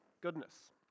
goodness